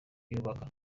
yubaka